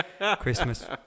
Christmas